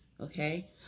Okay